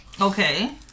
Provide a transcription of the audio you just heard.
Okay